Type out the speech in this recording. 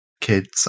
kids